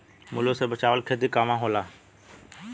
मूल रूप से चावल के खेती कहवा कहा होला?